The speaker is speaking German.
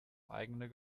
eigene